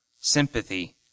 sympathy